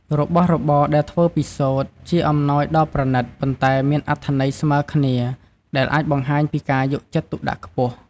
របស់របរដែលធ្វើពីសូត្រ ជាអំណោយដ៏ប្រណិត ប៉ុន្តែមានអត្ថន័យស្មើគ្នា ដែលអាចបង្ហាញពីការយកចិត្តទុកដាក់ខ្ពស់។